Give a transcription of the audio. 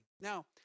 Now